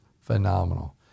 phenomenal